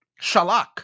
shalak